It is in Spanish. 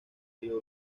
río